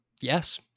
Yes